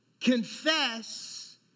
Confess